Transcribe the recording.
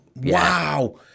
wow